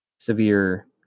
Severe